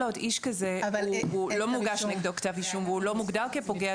אבל לא מוגש נגדו כתב אישום והוא לא מוגדר כפוגע.